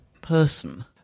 person